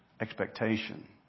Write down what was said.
expectation